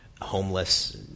homeless